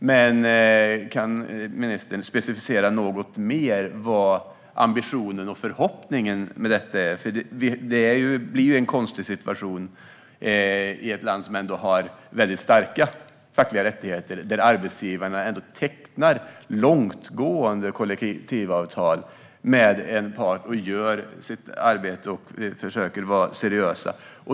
Men kan ministern specificera något mer vad ambitionen och förhoppningen med detta är? Det här blir en konstig situation i ett land som ändå har väldigt starka fackliga rättigheter. Arbetsgivaren tecknar ett långtgående kollektivavtal med en part, gör sitt arbete och försöker vara seriös.